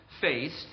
faced